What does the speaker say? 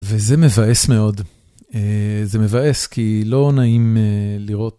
וזה מבאס מאוד, אהה זה מבאס כי לא נעים לראות.